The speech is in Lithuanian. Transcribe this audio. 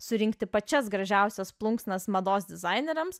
surinkti pačias gražiausias plunksnas mados dizaineriams